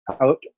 out